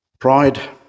Pride